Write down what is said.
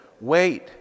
wait